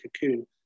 cocoon